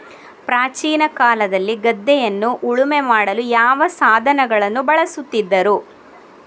ಪ್ರಾಚೀನ ಕಾಲದಲ್ಲಿ ಗದ್ದೆಯನ್ನು ಉಳುಮೆ ಮಾಡಲು ಯಾವ ಸಾಧನಗಳನ್ನು ಬಳಸುತ್ತಿದ್ದರು?